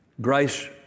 grace